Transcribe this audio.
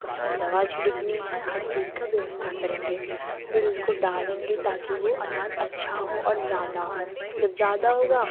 कौन सी दवा छिड़कनी है हर चीज़ का व्यवस्था करेंगे फ़िर उसको डालेंगे ताकि वह अनाज अच्छा हो और ज़्यादा हो जब ज़्यादा होगा